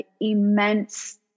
immense